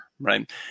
Right